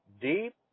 deep